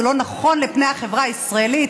זה לא נכון לפני החברה הישראלית